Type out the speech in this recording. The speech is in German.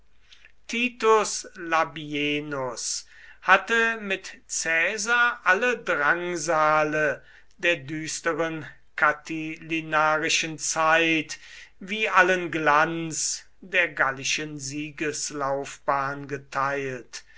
labienus hatte mit caesar alle drangsale der düsteren catilinarischen zeit wie allen glanz der gallischen siegeslaufbahn geteilt